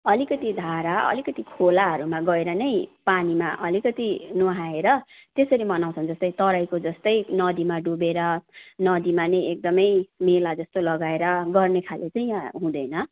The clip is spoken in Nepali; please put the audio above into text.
अलिकति धारा अलिकति खोलाहरूमा गएर नै पानीमा अलिकति नुहाएर त्यसरी मनाउँछन् जस्तै तराईको जस्तै नदीमा डुबेर नदीमा नै एकदमै मेला जस्तै लगाएर गर्ने खाले चाहिँ यहाँ हुँदैन